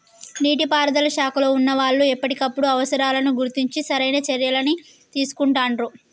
నీటి పారుదల శాఖలో వున్నా వాళ్లు ఎప్పటికప్పుడు అవసరాలను గుర్తించి సరైన చర్యలని తీసుకుంటాండ్రు